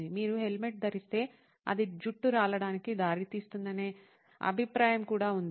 మీరు హెల్మెట్ ధరిస్తే అది జుట్టు రాలడానికి దారితీస్తుందనే అభిప్రాయం కూడా ఉంది